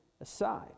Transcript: aside